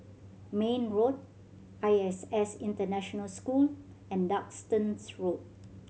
Mayne Road I S S International School and Duxton Road